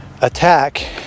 Attack